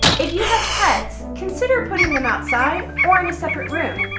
if you have pets, consider putting them outside or in a separate room.